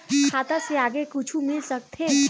खाता से आगे कुछु मिल सकथे?